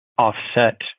offset